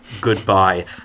Goodbye